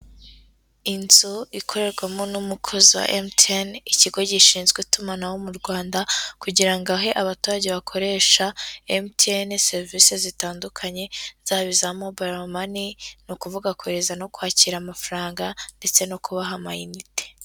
Inzu ikorerwamo n'umukozi wa MTN ikigo gishinzwe itumanaho mu Rwanda kugira ngo ahe abaturage bakoresha MTN serivise zitandukanye, zaba iza mobayiro mani ni ukuvuga kohereza no kwakira amafaranga ndetse no kubaha ama inite.